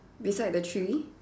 beside the tree